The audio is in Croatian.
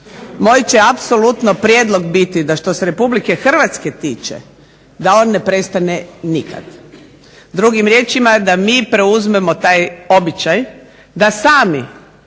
Moj će apsolutno prijedlog biti da što se RH tiče da on ne prestane nikada. Drugim riječima da mi preuzmemo taj običaj da sami